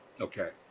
Okay